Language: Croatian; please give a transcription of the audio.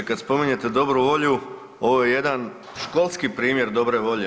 Kada spominjete dobru volju ovo je jedan školski primjer dobre volje.